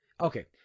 Okay